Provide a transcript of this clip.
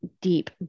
deep